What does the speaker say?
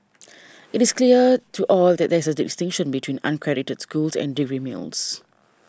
it is clear to all that there is a distinction between unaccredited schools and degree mills